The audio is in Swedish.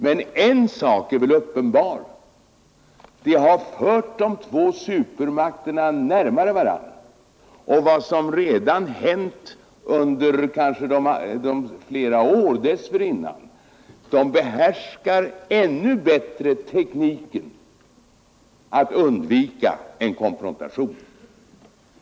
Men en sak är väl uppenbar, nämligen att det har fört de två supermakterna närmare varandra, och vad som hänt nu och under flera år dessförinnan har väl inneburit att de ännu bättre behärskar tekniken att undvika en konfrontation.